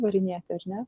varinėti ar ne